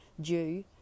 due